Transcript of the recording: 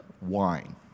wine